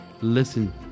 Listen